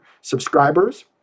subscribers